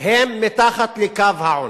הם מתחת לקו העוני,